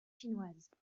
chinoises